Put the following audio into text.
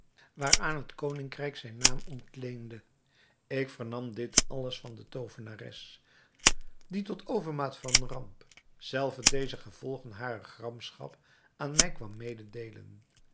waaraan het koningrijk zijn naam ontleende ik vernam dit alles van de toovenares die tot overmaat van ramp zelve deze gevolgen harer gramschap aan mij kwam mededeelen